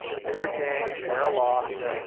here a gain, there a loss,